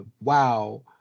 Wow